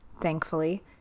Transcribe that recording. thankfully